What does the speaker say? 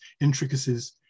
intricacies